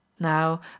now